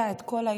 השר,